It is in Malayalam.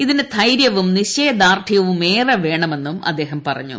ഇതിന് ധൈര്യവും നിശ്ചയദാർഢ്യവും ഏറെ വേണമെന്ന് അദ്ദേഹം പറഞ്ഞു